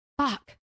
fuck